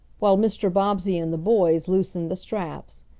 while mr. bobbsey and the boys loosened the straps.